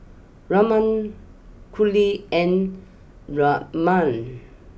Raman Gauri and Ramnath